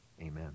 amen